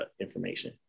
information